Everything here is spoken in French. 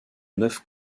neuf